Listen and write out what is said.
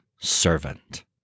servant